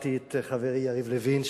שמעתי את חברי יריב לוין,